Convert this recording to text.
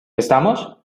estamos